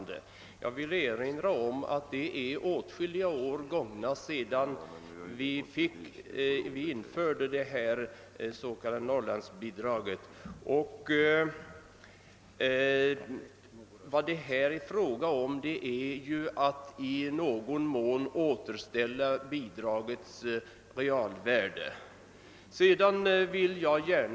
Det har gått åtskilliga år sedan vi införde det s.k. Norrlandsbidraget, och vad det är fråga om är ju endast att i någon mån återställa bidragets realvärde och det kan knappast föregripa utredningen.